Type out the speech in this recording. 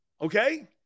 Okay